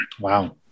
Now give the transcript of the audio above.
Wow